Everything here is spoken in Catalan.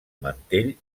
mantell